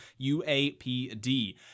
UAPD